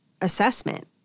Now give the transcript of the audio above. assessment